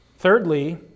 Thirdly